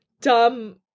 dumb